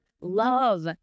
love